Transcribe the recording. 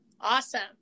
awesome